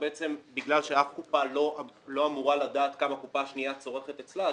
בגלל שאף קופה לא אמורה לדעת כמה קופה שנייה צורכת אצלה,